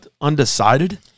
undecided